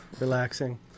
relaxing